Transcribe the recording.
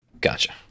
Gotcha